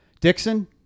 Dixon